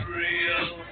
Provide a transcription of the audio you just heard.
real